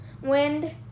wind